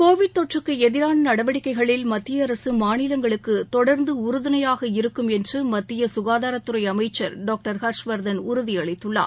Covid தொற்றுக்குஎதிரானநடவடிக்கைகளில் மத்தியஅரசுமாநிலங்களுக்குதொடர்ந்துஉறுதணையாக இருக்கும் எனமத்தியசுகாதாரத்துறைஅமைச்சர் டாக்டர் ஹர்ஷ்வர்தன் உறுதியளித்துள்ளார்